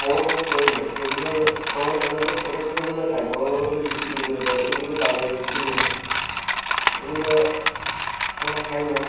বড়ো বড়ো কই মাছ যেগুলো আমরা প্রধানত ছোটো ছোটোগুলো খাই বড়ো বড়োগুলো বিক্রি করে দেয় ওগুলো বাজারে বিক্রি হয় ওগুলো আমরা খাই না